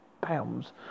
pounds